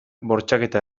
bortxaketa